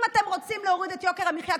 אם אתם רוצים להוריד את יוקר המחיה,